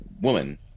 woman